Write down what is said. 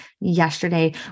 yesterday